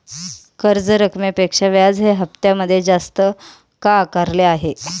कर्ज रकमेपेक्षा व्याज हे हप्त्यामध्ये जास्त का आकारले आहे?